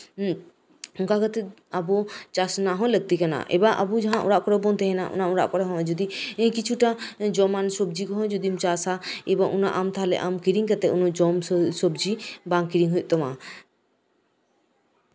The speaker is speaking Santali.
ᱚᱱᱠᱟ ᱠᱟᱛᱮᱜ ᱟᱵᱚ ᱪᱟᱥ ᱨᱮᱱᱟᱜ ᱦᱚᱸ ᱞᱟᱹᱠᱛᱤ ᱠᱟᱱᱟ ᱮᱵᱟᱨ ᱟᱵᱚ ᱡᱟᱸᱦᱟ ᱚᱲᱟᱜ ᱠᱚᱨᱮ ᱵᱚᱱ ᱛᱟᱸᱦᱮᱱᱟ ᱚᱱᱟ ᱚᱲᱟᱜ ᱠᱚᱨᱮᱦᱚᱸ ᱠᱤᱪᱷᱩᱴᱟ ᱡᱚᱢᱟᱱ ᱥᱚᱵᱡᱤ ᱠᱚᱨᱮᱦᱚᱸ ᱡᱩᱫᱤᱢ ᱪᱟᱥᱼᱟ ᱛᱟᱦᱞᱮ ᱟᱢ ᱠᱤᱨᱤᱧ ᱠᱟᱛᱮᱜ ᱡᱚᱢ ᱥᱚᱵᱡᱤ ᱵᱟᱝ ᱦᱩᱭᱩᱜ ᱛᱟᱢᱟ